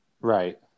Right